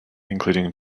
including